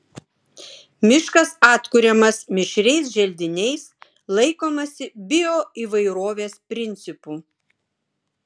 miškas atkuriamas mišriais želdiniais laikomasi bioįvairovės principų